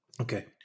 Okay